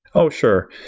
oh, sure.